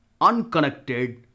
unconnected